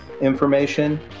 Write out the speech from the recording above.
information